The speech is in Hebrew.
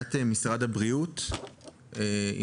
נציגת משרד הבריאות בלה.